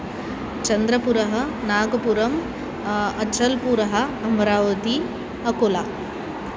चन्द्रपुरः नागपुरम् अचल्पुरः अमरावति अकोला